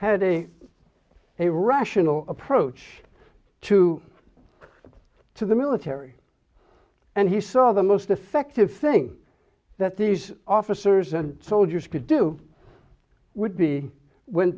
had a a rational approach to to the military and he saw the most effective thing that these officers and soldiers could do would be when